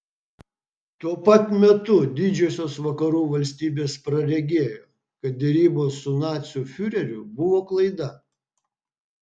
tuo pat metu didžiosios vakarų valstybės praregėjo kad derybos su nacių fiureriu buvo klaida